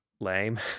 lame